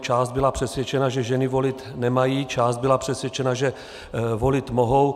Část byla přesvědčena, že ženy volit nemají, část byla přesvědčena, že volit mohou.